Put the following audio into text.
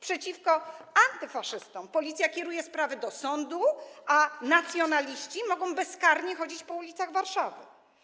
Przeciwko antyfaszystom Policja kieruje sprawy do sądu, a nacjonaliści mogą bezkarnie chodzić po ulicach Warszawy.